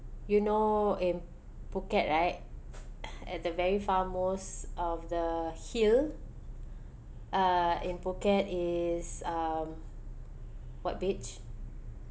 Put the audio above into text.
you know in phuket right at the very far most of the hill uh in phuket is um what beach